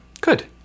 Good